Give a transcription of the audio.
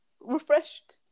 refreshed